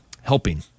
helping